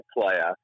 player